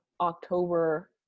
october